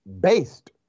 based